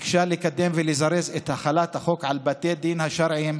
ביקשה לקדם ולזרז את החלת החוק על בתי הדין השרעיים,